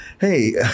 hey